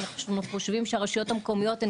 ואנחנו חושבים שהרשויות המקומיות הן